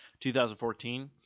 2014